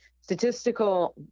statistical